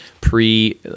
pre